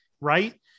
right